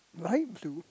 light blue